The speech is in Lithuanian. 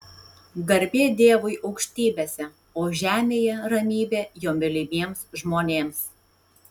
garbė dievui aukštybėse o žemėje ramybė jo mylimiems žmonėms